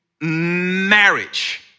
marriage